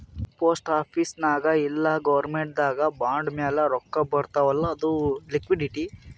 post office ನಾಗ್ ಇಲ್ಲ ಗೌರ್ಮೆಂಟ್ದು ಬಾಂಡ್ ಮ್ಯಾಲ ರೊಕ್ಕಾ ಬರ್ತಾವ್ ಅಲ್ಲ ಅದು ಲಿಕ್ವಿಡಿಟಿ